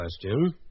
question